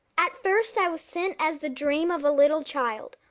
at first i was sent as the dream of a little child,